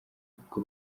kuko